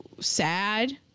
sad